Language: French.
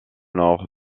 nord